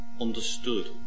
understood